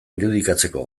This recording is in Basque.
irudikatzeko